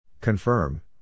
Confirm